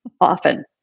Often